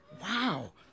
Wow